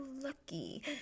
lucky